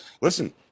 Listen